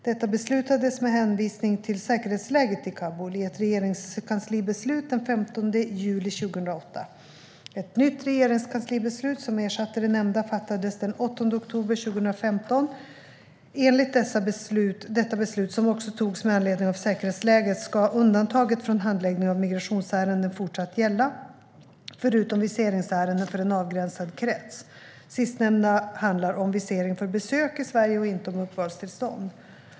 Detta beslutades, med hänvisning till säkerhetsläget i Kabul, i ett regeringskanslibeslut den 15 juli 2008 . Ett nytt regeringskanslibeslut, som ersatte det nämnda, fattades den 8 oktober 2015 . Enligt detta beslut, som också togs med anledning av säkerhetsläget, ska undantaget från handläggning av migrationsärenden fortsatt gälla, förutom viseringsärenden för en avgränsad krets. Det sistnämnda handlar om visering för besök i Sverige och inte om uppehållstillstånd.